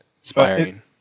inspiring